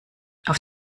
auf